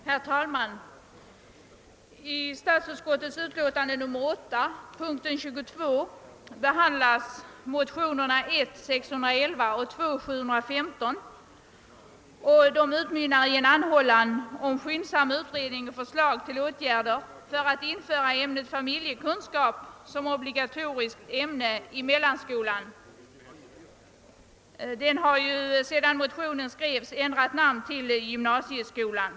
Herr talman! I statsutskottets utlåtande nr 8, punkten 22, behandlas motionerna I: 611 och II: 715, vilka utmynnar i en anhållan om skyndsam utredning och förslag till åtgärder för att införa ämnet familjekunskap som obligatoriskt ämne i »mellanskolan», som ju sedan motionen skrevs ändrat namn till gymnasieskolan.